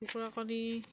কুকুৰা কণী